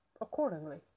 Accordingly